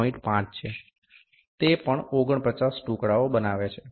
5 છે તે પણ 49 ટુકડાઓ બનાવે છે